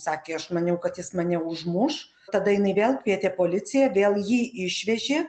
sakė aš maniau kad jis mane užmuš tada jinai vėl kvietė policiją vėl jį išvežė